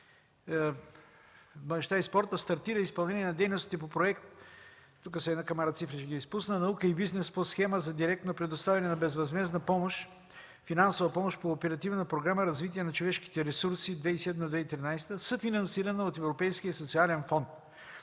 младежта и спорта стартира изпълнение на дейностите по проект – тук са една камара цифри, ще ги изпусна – „Наука и бизнес” по схема за директно предоставяне на безвъзмездна финансова помощ по Оперативна програма „Развитие на човешките ресурси 2007-2013 г.”, съфинансирана от Европейския социален фонд.